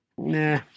Nah